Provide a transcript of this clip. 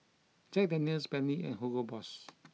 Jack Daniel's Bentley and Hugo Boss